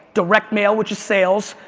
direct mail, which is sales,